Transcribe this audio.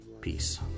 Peace